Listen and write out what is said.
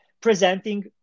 presenting